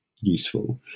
useful